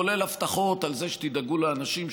כולל הבטחות על זה שתדאגו לאנשים,